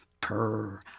purr